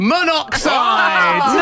Monoxide